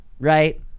right